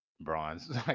bronze